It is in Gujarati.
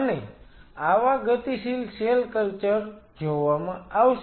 અને આવા ગતિશીલ સેલ કલ્ચર જોવામાં આવશે